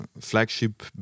flagship